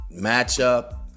matchup